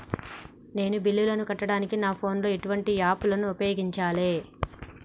నేను బిల్లులను కట్టడానికి నా ఫోన్ లో ఎటువంటి యాప్ లను ఉపయోగించాలే?